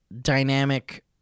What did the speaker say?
dynamic